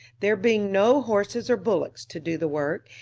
there being no horses or bullocks to do the work,